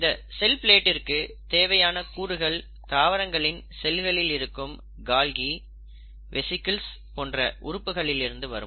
இந்த செல் பிளேட்டிற்கு தேவையான கூறுகள் தாவரங்களின் செல்களில் இருக்கும் கால்கி வெஸிக்கில்ஸ் போன்ற உறுப்புகளில் இருந்து வரும்